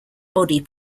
body